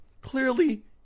clearly